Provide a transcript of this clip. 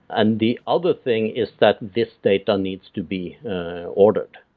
and the other thing is that this data needs to be ordered